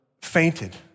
Fainted